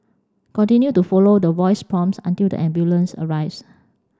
continue to follow the voice prompts until the ambulance arrives